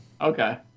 Okay